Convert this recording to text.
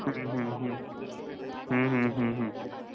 ਹੂੰ ਹੂੰ ਹੂੰ ਹੂੰ ਹੂੰ ਹੂੰ ਹੂੰ